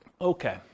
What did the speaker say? Okay